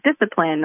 discipline